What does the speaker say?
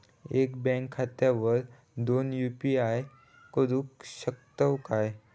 एका बँक खात्यावर दोन यू.पी.आय करुक शकतय काय?